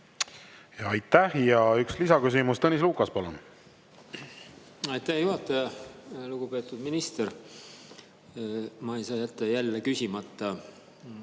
Aitäh! Ja üks lisaküsimus. Tõnis Lukas, palun! Aitäh, hea juhataja! Lugupeetud minister! Ma ei saa jätta jälle küsimata